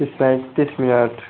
तीस पैंतीस मिनट